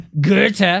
Goethe